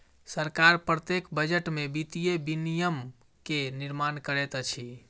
सरकार प्रत्येक बजट में वित्तीय विनियम के निर्माण करैत अछि